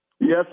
Yes